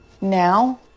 now